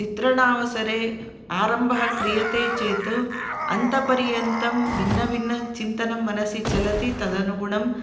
चित्रणावसरे आरम्भः क्रियते चेत् अन्तः पर्यन्तं भिन्नभिन्नचिन्तनं मनसि चलति तदनुगुणं